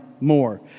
more